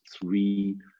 three